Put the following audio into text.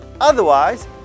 Otherwise